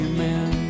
Amen